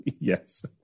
yes